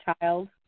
child